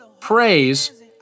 Praise